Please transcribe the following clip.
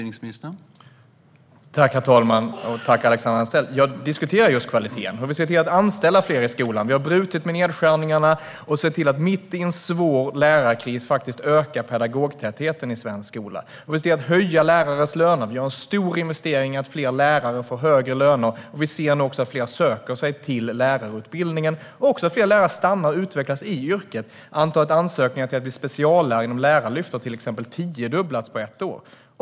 Herr talman! Jag diskuterar just kvaliteten. Vi ser till att anställa fler lärare i skolan. Vi har stoppat nedskärningarna och sett till att mitt i en svår lärarkris öka pedagogtätheten i svensk skola. Vi ser till att höja lärarnas löner. Det sker stora investeringar i att fler lärare får högre löner. Fler söker sig nu också till lärarutbildningen, och fler lärare stannar och utvecklas i yrket. Antalet ansökningar till att bli speciallärare inom Lärarlyftet har tiodubblats på ett år.